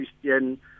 Christian